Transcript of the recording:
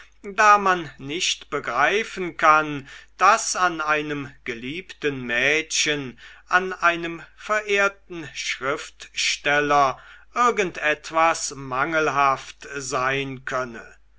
da man nicht begreifen kann daß an einem geliebten mädchen an einem verehrten schriftsteller irgend etwas mangelhaft sein könne